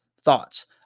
thoughts